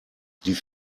die